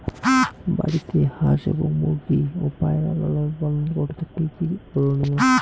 বাড়িতে হাঁস এবং মুরগি ও পায়রা লালন পালন করতে কী কী করণীয়?